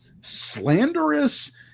slanderous